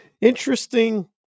interesting